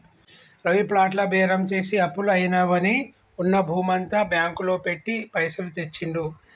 రవి ప్లాట్ల బేరం చేసి అప్పులు అయినవని ఉన్న భూమంతా బ్యాంకు లో పెట్టి పైసలు తెచ్చిండు